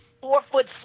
four-foot